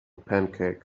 pancake